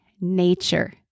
nature